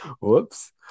Whoops